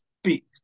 speak